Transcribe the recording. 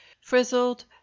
frizzled